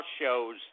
shows